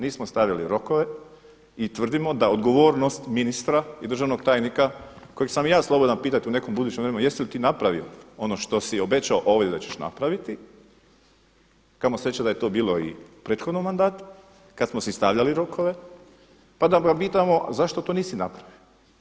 Nismo stavili rokove i tvrdimo da odgovornost ministra i državnog tajnika kojeg sam i ja slobodan pitati u nekom budućem vremenu jesi li ti napravio ono što si obećao ovdje da ćeš napraviti, kamo sreće da je to bilo i u prethodnom mandatu kad smo si stavljali rokove, pa da ga pitamo a zašto to nisi napravi.